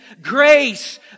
grace